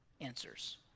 answers